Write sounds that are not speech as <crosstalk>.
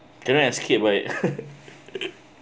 can I escape right <laughs>